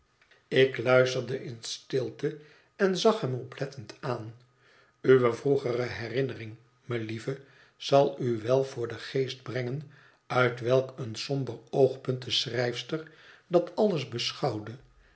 ik luisterde in stilte en zag hem oplettend aan uwe vroegere herinnering melieve zal u wel voor den geest brengen uit welk een somber oogpunt de schrijfster dat alles beschouwde